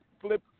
flip